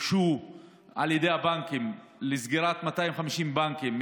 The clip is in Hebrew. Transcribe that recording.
הוגשו על ידי הבנקים לסגירה 250 בנקים,